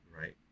Right